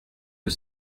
que